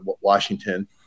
Washington